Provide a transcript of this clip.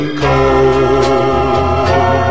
cold